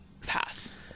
Pass